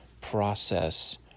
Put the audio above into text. process